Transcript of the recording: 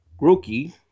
grokey